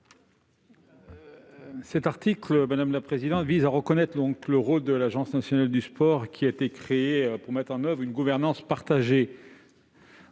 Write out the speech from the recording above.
Cet article vise à reconnaître le rôle de l'Agence nationale du sport, qui a été créée pour mettre en oeuvre une gouvernance partagée